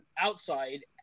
outside